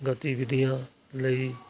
ਗਤੀਵਿਧੀਆਂ ਲਈ